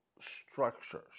structures